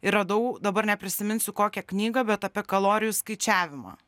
ir radau dabar neprisiminsiu kokią knygą bet apie kalorijų skaičiavimą